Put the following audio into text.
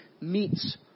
meets